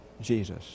Jesus